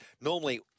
normally